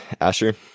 Asher